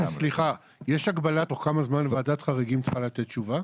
יש הגבלה תוך כמה זמן ועדת חריגים צריכה לתת תשובה?